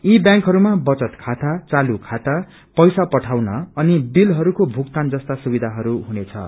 यी बैंकहरूमा बचत चााता चालू खाता पैसा पठाउन अनि बिलहरूको भुगतान जस्ता सुविधाहरू हुनेछन्